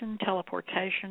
teleportation